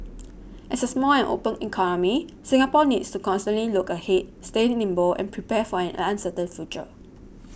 as a small and open economy Singapore needs to constantly look ahead stay nimble and prepare for an uncertain future